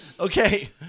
Okay